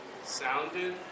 sounded